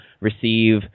receive